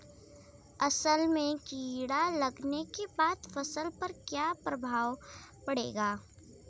असल में कीड़ा लगने के बाद फसल पर क्या प्रभाव पड़ेगा?